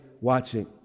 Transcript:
watching